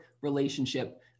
relationship